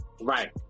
Right